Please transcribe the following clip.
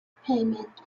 payment